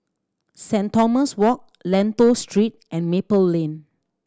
Saint Thomas Walk Lentor Street and Maple Lane